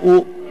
לא,